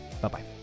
Bye-bye